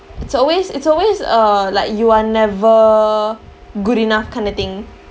it's always it's always uh like you are never good enough kind of thing